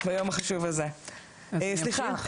סליחה,